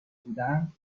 بودند